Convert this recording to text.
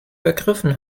vergriffen